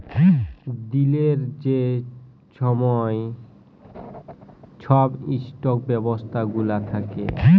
দিলের যে ছময় ছব ইস্টক ব্যবস্থা গুলা থ্যাকে